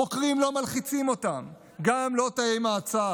חוקרים לא מלחיצים אותם, גם לא תאי מעצר.